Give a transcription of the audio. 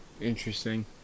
Interesting